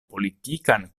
politikan